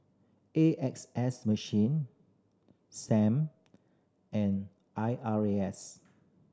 A X S Sam and I R A S